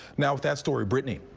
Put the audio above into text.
now that. story brittany.